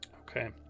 Okay